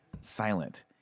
silent